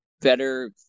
better